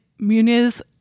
Muniz